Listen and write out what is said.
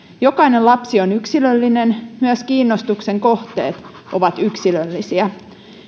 jokainen lapsi on yksilöllinen myös kiinnostuksen kohteet ovat yksilöllisiä